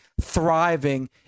thriving